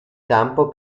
campo